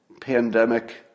pandemic